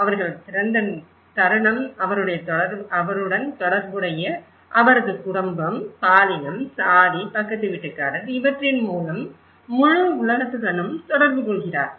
அவர் பிறந்த தருணம் அவருடன் தொடர்புடைய அவரது குடும்பம் பாலினம் சாதி பக்கத்து வீட்டுக்கார் இவற்றின் மூலம் முழு உலகத்துடனும் தொடர்பு கொள்கிறார்